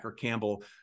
Campbell